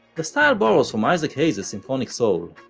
the style borrows from isaac hayes' symphonic soul,